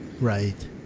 right